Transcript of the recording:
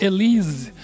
Elise